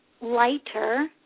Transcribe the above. lighter